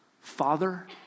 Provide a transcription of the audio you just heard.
father